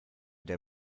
der